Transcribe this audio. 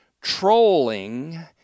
trolling